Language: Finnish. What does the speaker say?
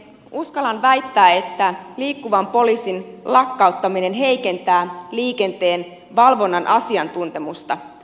uskallan väittää että liikkuvan poliisin lakkauttaminen heikentää liikenteenvalvonnan asiantuntemusta